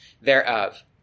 thereof